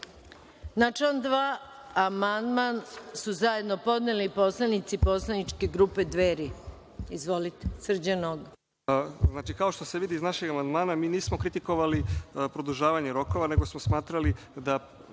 član 2. amandman su zajedno podneli poslanici poslaničke grupe Dveri. Izvolite. Srđan Nogo. **Srđan Nogo** Kao što se vidi iz našeg amandmana, mi nismo kritikovali produžavanje rokova, nego smo smatrali da